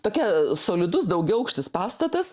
tokia solidus daugiaaukštis pastatas